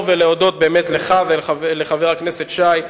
ולהודות באמת לך ולחבר הכנסת שי,